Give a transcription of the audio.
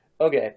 Okay